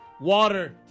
Water